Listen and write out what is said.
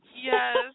Yes